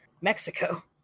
Mexico